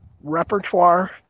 repertoire